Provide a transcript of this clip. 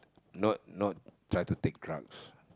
no no try to take drugs